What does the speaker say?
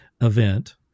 event